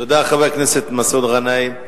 תודה, חבר הכנסת מסעוד גנאים.